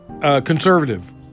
conservative